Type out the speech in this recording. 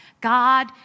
God